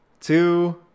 two